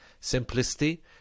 Simplicity